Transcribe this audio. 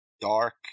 dark